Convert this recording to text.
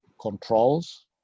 controls